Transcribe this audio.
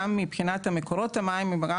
גם מבחינת מקורות המים וגם